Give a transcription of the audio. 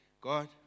God